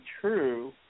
true